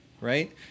right